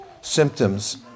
symptoms